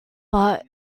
but